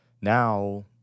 Now